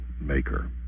maker